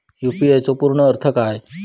UPI चो पूर्ण अर्थ काय?